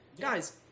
Guys